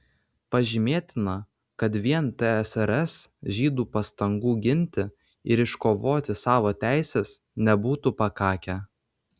pažymėtina kad vien tsrs žydų pastangų ginti ir iškovoti savo teises nebūtų pakakę